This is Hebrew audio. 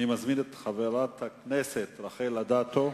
אני מזמין את חברת הכנסת רחל אדטו.